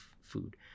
food